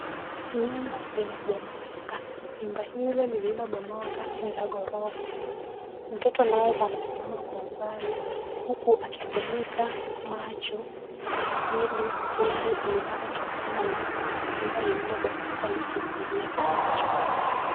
Nyumba limebomoka. Nyumba hilo nililobomoka ni la ghorofa. Mtoto naye amesimama kwa umbali huku akifunika macho, ili vumbi linalotokana na nyumba lililobomoka, lisimwingie kwa macho.